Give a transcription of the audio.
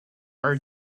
are